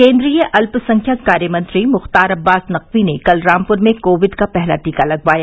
केन्द्रीय अल्पसंख्यक कार्य मंत्री मुख्तार अब्बास नकवी ने कल रामपुर में कोविड का पहला टीका लगवाया